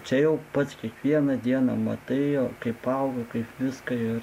čia jau pats kiekvieną dieną matai kaip auga kaip viską ir